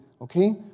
okay